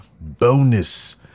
bonus